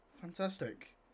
fantastic